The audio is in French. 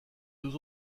deux